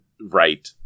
Right